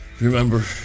Remember